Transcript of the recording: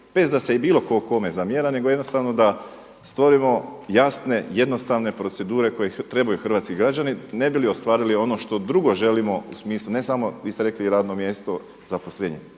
bez da se bilo tko kome zamjera, nego jednostavno da stvorimo jasne, jednostavne procedure koje trebaju hrvatski građani ne bi li ostvarili ono što drugo želimo u smislu ne samo vi ste rekli radno mjesto, zaposlenje.